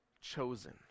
chosen